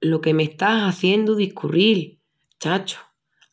Lo que m'estás hziendu discurril, chacho!